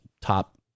top